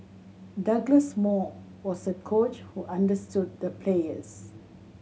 Douglas Moore was a coach who understood the players